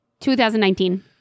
2019